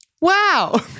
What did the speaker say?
Wow